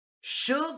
sugar